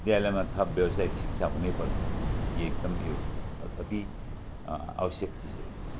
विद्यालयमा थप व्यावसायिक शिक्षा हुनैपर्छ यो एकदम यो अति आवश्यक चिज हो